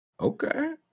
okay